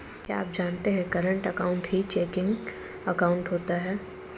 क्या आप जानते है करंट अकाउंट ही चेकिंग अकाउंट होता है